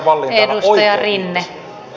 arvoisa puhemies